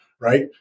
right